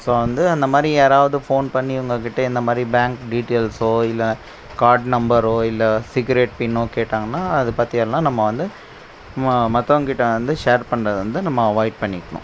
so வந்து அந்தமாதிரி யாராவது ஃபோன் உங்ககிட்ட இந்தமாதிரி பேங்க் டீடைல்ஸோ இல்லை கார்ட் நம்பரோ இல்லை சீக்ரட் பின்னோ கேட்டாங்கனா அதை பற்றியெல்லாம் நம்ம வந்து மற்றவங்ககிட்ட வந்து ஷேர் பண்ணுறத வந்து நம்ம வந்து அவாய்ட் பண்ணிக்கணும்